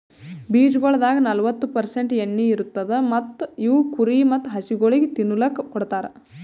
ಬೀಜಗೊಳ್ದಾಗ್ ನಲ್ವತ್ತು ಪರ್ಸೆಂಟ್ ಎಣ್ಣಿ ಇರತ್ತುದ್ ಮತ್ತ ಇವು ಕುರಿ ಮತ್ತ ಹಸುಗೊಳಿಗ್ ತಿನ್ನಲುಕ್ ಕೊಡ್ತಾರ್